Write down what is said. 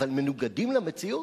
אבל מנוגדים למציאות?